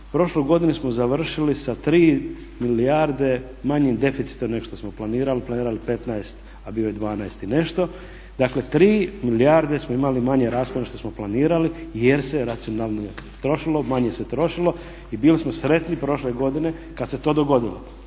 prošlu godinu smo završili sa tri milijarde manjim deficitom nego što smo planirali, planirali 15, a bio je 12 i nešto, dakle tri milijarde smo imali manje rashoda nego što smo planirali jer se racionalnije trošilo, manje se trošilo i bili smo sretni prošle godine kada se to dogodilo.